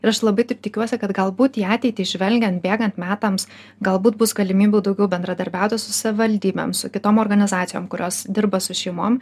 ir aš labai taip tikiuosi kad galbūt į ateitį žvelgiant bėgant metams galbūt bus galimybių daugiau bendradarbiauti su savivaldybėm su kitom organizacijom kurios dirba su šeimom